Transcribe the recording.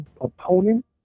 opponent